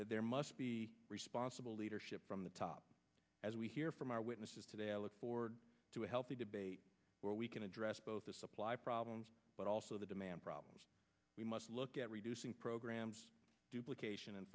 users there must be responsible leadership from the top as we hear from our witnesses today i look forward to a healthy debate where we can address both the supply problems but also the demand problem we must look at reducing programs duplications and